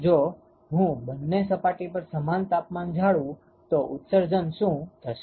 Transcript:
જો હું બંને સપાટી પર સમાન તાપમાન જાળવું તો ઉત્સર્જન શું થશે